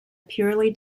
purely